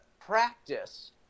practice –